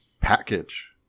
package